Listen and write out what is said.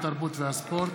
התרבות והספורט.